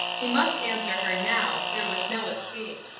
he must answer her now there was no escape.